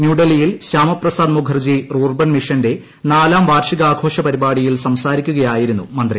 ന്യൂഡൽഹിയിൽ ശ്യാമ പ്രസാദ് മുഖർജി റൂർബ്ബൻ മിഷന്റെ നാലാം വാർഷികാഘോഷ പരിപാടിയിൽ സംസാരിക്കുകയായിരുന്നു മന്ത്രി